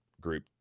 group